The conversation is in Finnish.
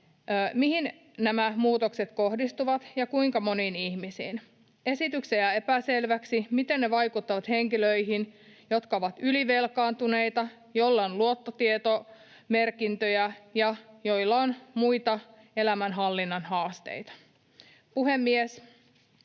mihin nämä muutokset kohdistuvat ja kuinka moniin ihmisiin. Esityksessä jää epäselväksi, miten ne vaikuttavat henkilöihin, jotka ovat ylivelkaantuneita, joilla on luottotie-tomerkintöjä ja joilla on muita elämänhallinnan haasteita. Puhemies!